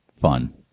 fun